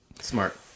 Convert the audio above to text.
Smart